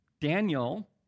Daniel